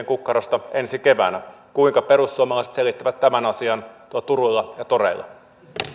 kukkarosta ensi keväänä kuinka perussuomalaiset selittävät tämän asian tuolla turuilla ja toreilla